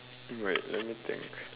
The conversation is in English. wait let me think